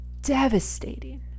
Devastating